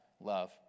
love